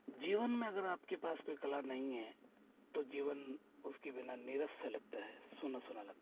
जीवन में अगर आपके पास कोई कला नहीं है तो जीवन उसके बिना निरस लगता है सूना सूना लगता है